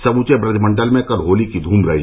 समूचे ब्रज मण्डल में कल होली की धूम रही